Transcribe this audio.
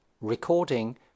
Recording